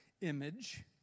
image